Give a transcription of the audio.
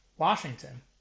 Washington